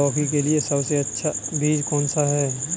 लौकी के लिए सबसे अच्छा बीज कौन सा है?